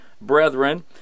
Brethren